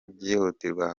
byihutirwa